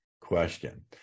question